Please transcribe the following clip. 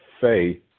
faith